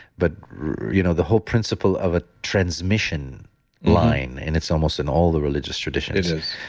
but you know the whole principle of a transmission line, and it's almost in all the religious traditionsdave it is.